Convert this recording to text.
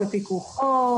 בפיקוחו,